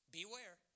Beware